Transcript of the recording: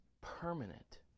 permanent